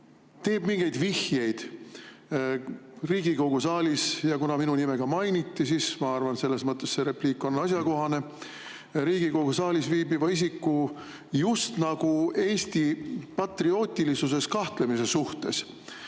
teeb mingeid vihjeid – kuna minu nime mainiti, siis ma arvan, et selles mõttes see repliik on asjakohane – Riigikogu saalis viibiva isiku just nagu Eesti patriootilisuses kahtlemise suhtes